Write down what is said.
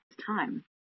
time